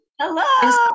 Hello